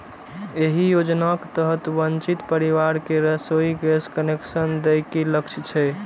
एहि योजनाक तहत वंचित परिवार कें रसोइ गैस कनेक्शन दए के लक्ष्य छै